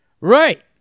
Right